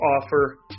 offer